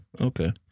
Okay